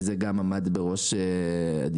זה גם עמד בראש הדיונים.